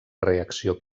reacció